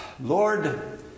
Lord